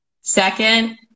Second